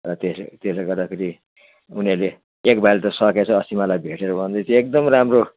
त्यसो त्यसले गर्दाखेरि उनीहरूले एक भाइले त सकेछ अस्ति मलाई भेटेर भन्दै थियो एकदम राम्रो